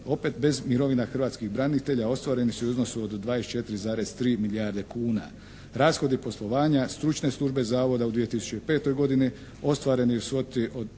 opet bez mirovina hrvatskih branitelja ostvareni su u iznosu od 24,3 milijarde kuna. Rashodi poslovanja stručne službe Zavoda u 2005. godini ostvareni u svoti